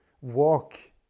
walk